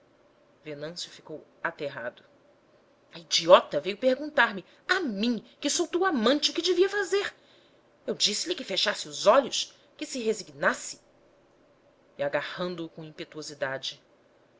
venâncio ficou aterrado a idiota veio perguntar-me a mim que sou tua amante o que devia fazer eu disse-lhe que fechasse os olhos que se resignasse e agarrando-o com impetuosidade